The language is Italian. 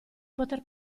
poter